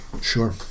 Sure